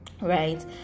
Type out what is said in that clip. Right